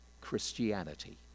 Christianity